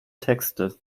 texte